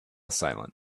silent